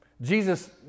Jesus